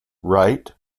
right